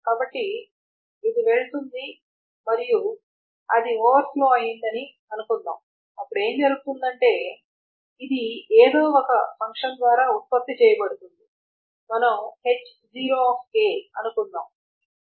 కాబట్టి ఇది వెళుతుంది మరియు అది ఓవర్ఫ్లో అయ్యిందని అనుకుందాం అప్పుడు ఏమి జరుగుతుందంటే ఇది ఏదో ఒక ఫంక్షన్ ద్వారా ఉత్పత్తి చేయబడుతుంది మనం h0 అనుకుందాం